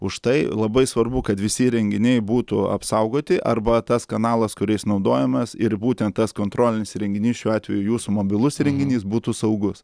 už tai labai svarbu kad visi įrenginiai būtų apsaugoti arba tas kanalas kuris naudojamės ir būtent tas kontrolinis įrenginys šiuo atveju jūsų mobilus įrenginys būtų saugus